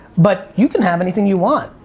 but you can have anything you want.